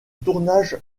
tournage